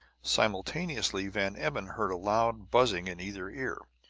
simultaneously van emmon heard a loud buzzing in either ear.